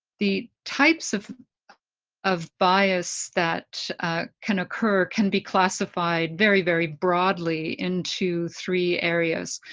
the types of of bias that can occur can be classified very, very broadly into three areas.